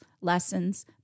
lessons